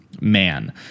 man